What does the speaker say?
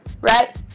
right